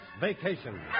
Vacation